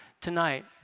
tonight